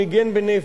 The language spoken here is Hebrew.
ניגן בנבל.